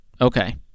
Okay